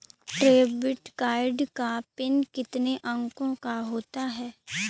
Debit card का PIN कितने अंकों का होता है?